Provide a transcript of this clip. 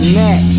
neck